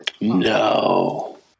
No